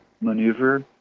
maneuver